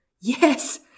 Yes